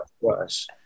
worse